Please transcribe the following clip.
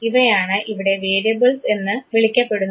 ഇവയാണ് ഇവിടെ വേരിയബിൾസ് എന്ന് വിളിക്കപ്പെടുന്നത്